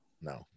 No